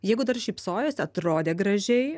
jeigu dar šypsojosi atrodė gražiai